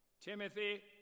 Timothy